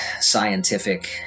scientific